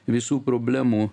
visų problemų